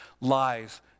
lies